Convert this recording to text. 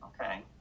Okay